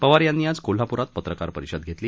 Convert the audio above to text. पवार यांनी आज कोल्हापूरमध्ये पत्रकार परिषद घेतली